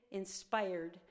inspired